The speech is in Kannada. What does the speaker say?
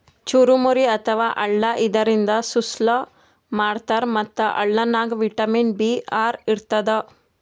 ಚುರಮುರಿ ಅಥವಾ ಅಳ್ಳ ಇದರಿಂದ ಸುಸ್ಲಾ ಮಾಡ್ತಾರ್ ಮತ್ತ್ ಅಳ್ಳನಾಗ್ ವಿಟಮಿನ್ ಬಿ ಆರ್ ಇರ್ತದ್